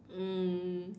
mm